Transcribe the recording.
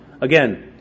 Again